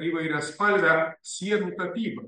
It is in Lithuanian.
įvairiaspalvę sienų tapybą